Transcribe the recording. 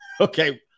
Okay